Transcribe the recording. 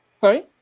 Sorry